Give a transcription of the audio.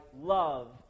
love